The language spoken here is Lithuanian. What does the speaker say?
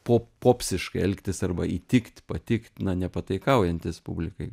po popsiškai elgtis arba įtikt patikt na nepataikaujantis publikai